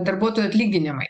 darbuotojų atlyginimai